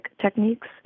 techniques